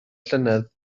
llynedd